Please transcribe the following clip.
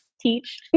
teach